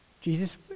Jesus